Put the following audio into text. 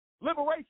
Liberation